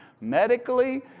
medically